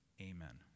Amen